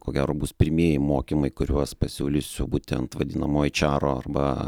ko gero bus pirmieji mokymai kuriuos pasiūlysiu būtent vadinamo aičaro arba